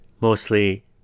mostly